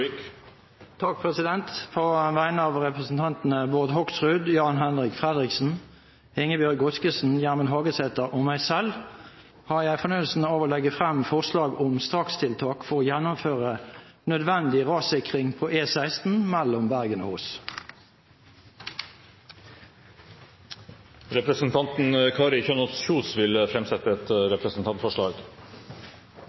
På vegne av representantene Bård Hoksrud, Jan-Henrik Fredriksen, Ingebjørg Godskesen, Gjermund Hagesæter og meg selv har jeg fornøyelsen av å legge frem forslag om strakstiltak for å gjennomføre nødvendig rassikring på E16 mellom Bergen og Voss. Representanten Kari Kjønaas Kjos vil framsette et